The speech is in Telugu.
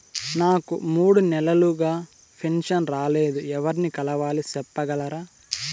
నాకు మూడు నెలలుగా పెన్షన్ రాలేదు ఎవర్ని కలవాలి సెప్పగలరా?